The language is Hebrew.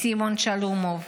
סימון שלומוב,